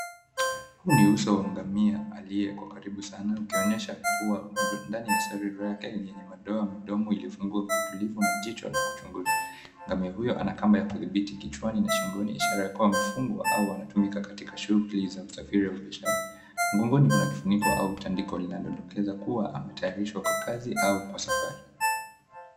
Huu ni uso wa ngamia aliye kwa karibu sana ukionyesha kuwa ndani ya sura yake yenye madoa midomo ilifungua kwa utulivu na jicho la kuchunguza. Ngamia huyo ana kamba ya kudhibiti kichwani na shingoni ishara ya kuwa amefungwa au anatumika katika shughuli za usafiri au biashara. Mgongoni kuna kifuniko au utandiko linalodokeza kuwa ametayarishwa kwa kazi au kwa safari.